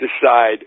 decide